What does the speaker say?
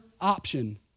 option